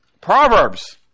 Proverbs